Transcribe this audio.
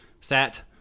sat